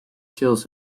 kills